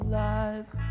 lives